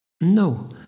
No